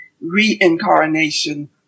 reincarnation